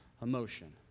emotion